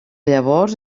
llavors